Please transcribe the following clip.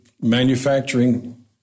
manufacturing